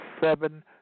Seven